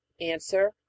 Answer